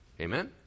Amen